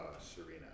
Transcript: Serena